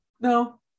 No